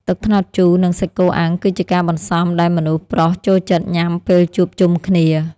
ទឹកត្នោតជូរ និងសាច់គោអាំង គឺជាការបន្សំដែលមនុស្សប្រុសចូលចិត្តញ៉ាំពេលជួបជុំគ្នា។